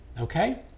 Okay